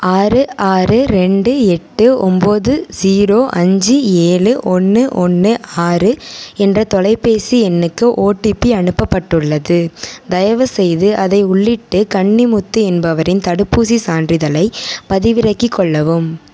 ஆறு ஆறு ரெண்டு எட்டு ஒம்பது ஜீரோ அஞ்சு ஏழு ஒன்று ஒன்று ஆறு என்ற தொலைபேசி எண்ணுக்கு ஓடிபி அனுப்பப்பட்டுள்ளது தயவுசெய்து அதை உள்ளிட்டு கன்னிமுத்து என்பவரின் தடுப்பூசி சான்றிதழை பதிவிறக்கி கொள்ளவும்